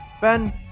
Ben